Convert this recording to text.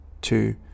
two